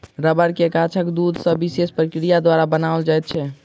रबड़ के गाछक दूध सॅ विशेष प्रक्रिया द्वारा बनाओल जाइत छै